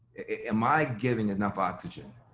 am i giving enough oxygen?